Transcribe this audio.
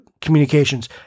communications